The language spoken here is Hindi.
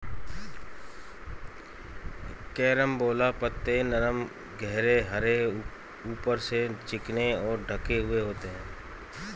कैरम्बोला पत्ते नरम गहरे हरे ऊपर से चिकने और ढके हुए होते हैं